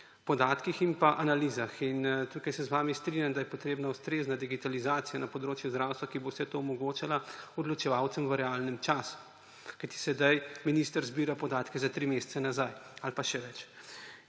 podatkih in analizah. In tukaj se z vami strinjam, da je potrebna ustrezna digitalizacija na področju zdravstva, ki bo vse to omogočala odločevalcem v realnem času. Kajti, sedaj minister zbira podatke za tri mesece nazaj ali pa še več.